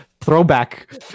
Throwback